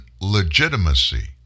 legitimacy